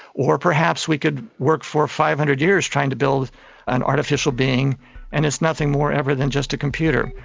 or perhaps we could work for five hundred years trying to build an artificial being and it's nothing more ever than just a computer.